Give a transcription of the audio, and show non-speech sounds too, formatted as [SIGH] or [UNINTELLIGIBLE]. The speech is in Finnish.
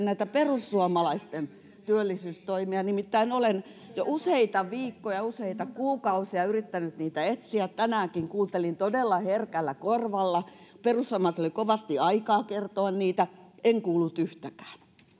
[UNINTELLIGIBLE] näitä perussuomalaisten työllisyystoimia nimittäin olen jo useita viikkoja ja useita kuukausia yrittänyt niitä etsiä ja tänäänkin kuuntelin todella herkällä korvalla perussuomalaisilla oli kovasti aikaa kertoa niitä en kuullut yhtäkään